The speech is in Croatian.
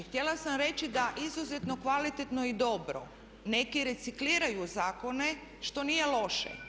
Htjela sam reći da izuzetno kvalitetno i dobro neki recikliraju zakone što nije loše.